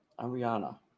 Ariana